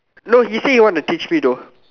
no he say he want to teach me though